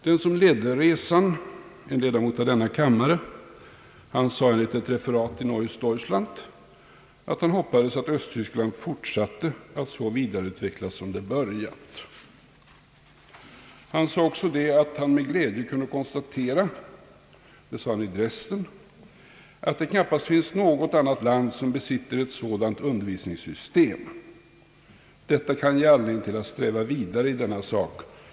Den som ledde resan, en ledamot av denna kammare, sade enligt ett referat i Neues Deutschland att han hoppades att Östtyskland fortsatte att så vidareutvecklas som det börjat. Han sade också, att han med glädje kunnat konstatera — han nämnde det i Dresden — att det knappast finns något annat land som besitter ett sådant undervisningssystem och att detta kan ge anledning till att sträva vidare i denna sak.